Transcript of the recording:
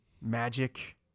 Magic